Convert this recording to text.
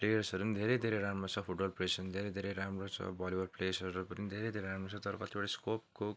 प्लेयर्सहरू पनि धेरै धेरै राम्रो छ फुटबल प्लेयर्सहरू पनि धेरै धेरै राम्रो छ भलिबल प्लेयर्सहरू पनि धेरै धेरै राम्रो छ तर कतिवटा स्कोपको